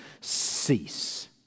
cease